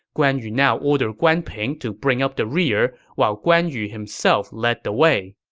guan yu now ordered guan ping to bring up the rear while guan yu himself led the way.